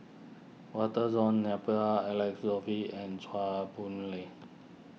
Walter John Napier Alex Josey and Chew Boon Lay